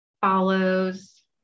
follows